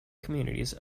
communities